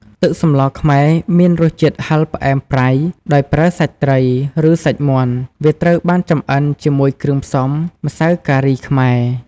ទឹកសម្លខ្មែរមានរសជាតិហឹរផ្អែមប្រៃដោយប្រើសាច់ត្រី ឬសាច់មាន់ វាត្រូវបានចម្អិនជាមួយគ្រឿងផ្សំម្សៅការីខ្មែរ។